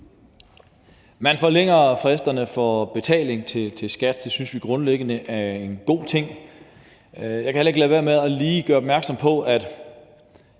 Man forlænger fristerne for betaling til skat. Det synes vi grundlæggende er en god ting. Jeg kan heller ikke lade være med at gøre opmærksom på, at